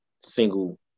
single